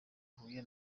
huye